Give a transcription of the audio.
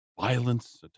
Violence